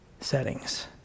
settings